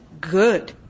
Good